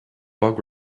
bug